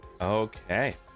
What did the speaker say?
Okay